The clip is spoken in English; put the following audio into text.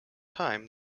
time